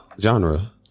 genre